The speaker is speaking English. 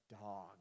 dog